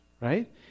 right